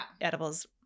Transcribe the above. edibles